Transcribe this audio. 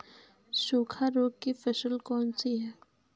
सूखा रोग की फसल कौन सी है?